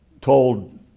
told